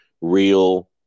real